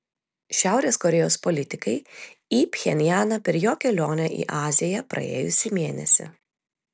šiaurės korėjos politikai į pchenjaną per jo kelionę į aziją praėjusį mėnesį